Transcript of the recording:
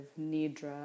nidra